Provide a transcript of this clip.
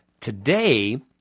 today